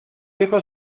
dejo